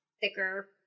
thicker